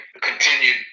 continued